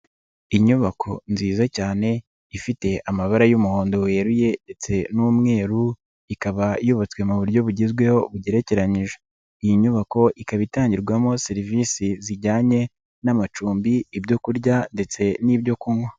Inyubako nziza cyane ifite amabara y'umuhondo weruye ndetse n'umweru ikaba yubatswe mu buryo bugezweho bugerekeranije iyi nyubako ikaba itangirwamo serivisi zijyanye n'amacumbi ibyo kurya ndetse n'ibyo kunywa.